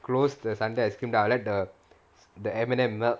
close the sundae ice cream then I'll let the the M&M melt